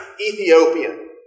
Ethiopian